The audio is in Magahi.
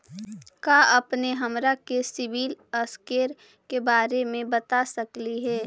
का अपने हमरा के सिबिल स्कोर के बारे मे बता सकली हे?